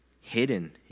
hidden